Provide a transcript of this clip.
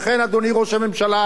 לכן, אדוני ראש הממשלה,